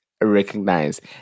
recognize